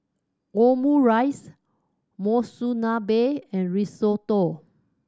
Omurice Monsunabe and Risotto